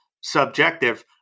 subjective